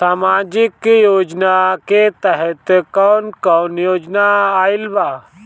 सामाजिक योजना के तहत कवन कवन योजना आइल बा?